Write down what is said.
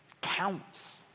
Counts